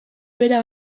bera